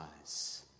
eyes